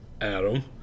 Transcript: Adam